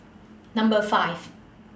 Number five